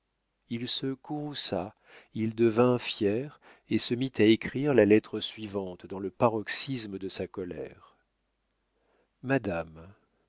il se courrouça il devint fier et se mit à écrire la lettre suivante dans le paroxysme de sa colère madame